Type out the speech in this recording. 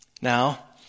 Now